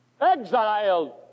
exiled